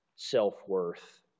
self-worth